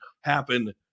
happen